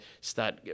start